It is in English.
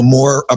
more